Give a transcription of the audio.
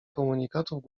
komunikatów